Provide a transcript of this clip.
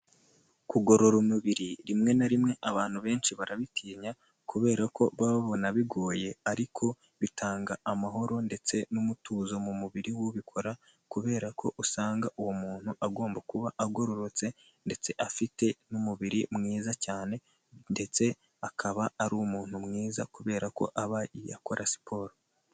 Kugorora umubiri rimwe na rimwe abantu benshi barabitinya kubera ko baba babona bigoye ariko bitanga amahoro ndetse n'umutuzo mu mubiri w'ubikora, kubera ko usanga uwo muntu agomba kuba agororotse ndetse afite n'umubiri mwiza cyane ndetse akaba ari umuntu mwiza kubera ko aba yakora siporo.